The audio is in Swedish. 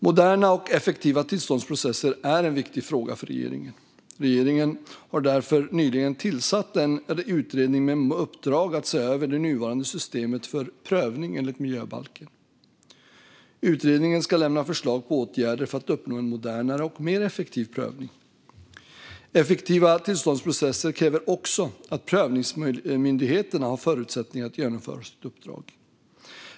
Moderna och effektiva tillståndsprocesser är en viktig fråga för regeringen. Regeringen har därför nyligen tillsatt en utredning med uppdrag att se över det nuvarande systemet för prövning enligt miljöbalken. Utredningen ska lämna förslag på åtgärder för att uppnå en modernare och mer effektiv prövning. Effektiva tillståndsprocesser kräver också att prövningsmyndigheterna har förutsättningar att genomföra sitt uppdrag.